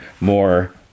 more